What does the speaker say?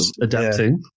Adapting